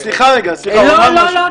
סליחה רגע --- לא, לא.